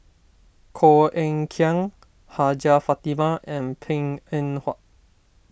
Koh Eng Kian Hajjah Fatimah and Png Eng Huat